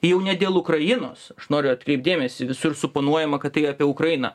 jau ne dėl ukrainos aš noriu atkreipt dėmesį visur suponuojama kad tai apie ukrainą